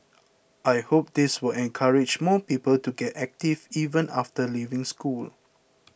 I hope this will encourage more people to get active even after leaving school